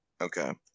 Okay